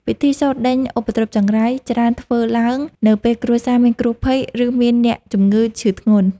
ពិធីសូត្រដេញឧបទ្រពចង្រៃ ច្រើនធ្វើឡើងនៅពេលគ្រួសារមានគ្រោះភ័យ ឬមានអ្នកជំងឺឈឺធ្ងន់។